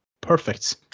perfect